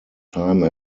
time